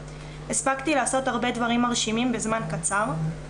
הספקתי לעשות הרבה דברים מרשימים בזמן קצר,